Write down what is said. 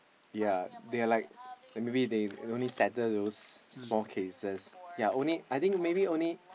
ya they're like maybe they only settle those small cases ya only I think only